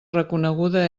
reconeguda